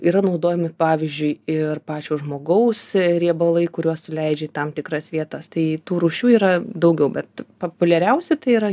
yra naudojami pavyzdžiui ir pačio žmogaus riebalai kuriuos suleidžia į tam tikras vietas tai tų rūšių yra daugiau bet populiariausi tai yra